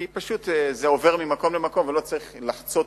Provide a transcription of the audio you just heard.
כי פשוט זה עובר ממקום למקום ולא צריך לחצות,